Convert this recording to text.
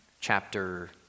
chapter